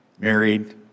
married